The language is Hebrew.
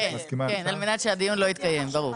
כן, על מנת שהדיון לא יתקיים, ברור.